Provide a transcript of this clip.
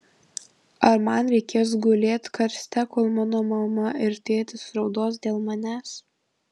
ar man reikės gulėt karste kol mano mama ir tėtis raudos dėl manęs